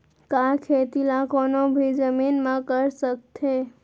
का खेती ला कोनो भी जमीन म कर सकथे?